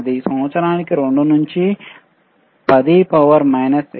సంవత్సరానికి 2 నుండి 10 8 వరకు సూపర్ చిన్నది